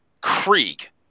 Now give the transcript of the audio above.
Krieg